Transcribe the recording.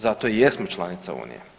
Zato i jesmo članica Unije.